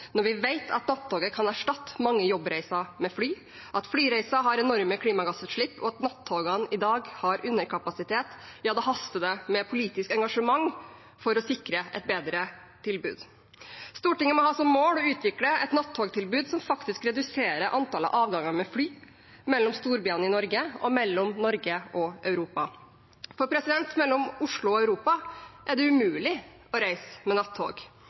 Når vi vet at nattog kan erstatte mange jobbreiser med fly, at flyreiser har enorme klimagassutslipp, og at nattogene i dag har underkapasitet, haster det med politisk engasjement for å sikre et bedre tilbud. Stortinget må ha som mål å utvikle et nattogtilbud som faktisk reduserer antall avganger med fly mellom storbyene i Norge og mellom Norge og Europa. For mellom Oslo og Europa er det umulig å reise med